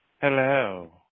Hello